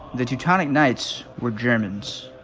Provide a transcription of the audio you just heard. the teutonic knights were germans.